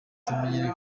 tumenyereye